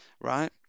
right